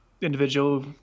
individual